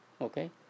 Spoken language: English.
okay